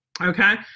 okay